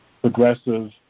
progressive